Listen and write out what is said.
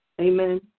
Amen